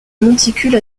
monticule